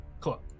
Cool